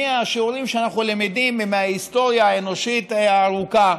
מהשיעורים שאנחנו למדים ומההיסטוריה האנושית הארוכה,